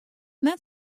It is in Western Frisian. net